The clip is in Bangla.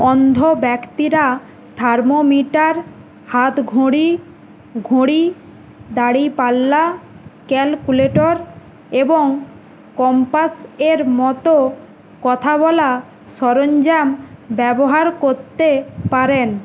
অন্ধ ব্যক্তিরা থার্মোমিটার হাতঘড়ি ঘড়ি দাঁড়িপাল্লা ক্যালকুলেটর এবং কম্পাস এর মতো কথা বলা সরঞ্জাম ব্যবহার করতে পারেন